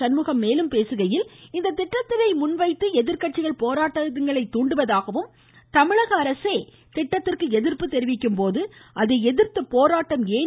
சண்முகம் மேலும் பேசுகையில் இத்திட்டத்தினை முன்வைத்து எதிர்க்கட்சிகள் போராட்டங்களை தூண்டுவதாகவும் தமிழக அரசே திட்டத்திற்கு எதிர்ப்பு தெரிவிக்கும்போது அதை எதிர்த்து போராட்டம் ஏன்